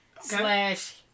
slash